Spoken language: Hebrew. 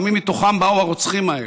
גם אם מתוכם באו הרוצחים האלה,